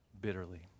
bitterly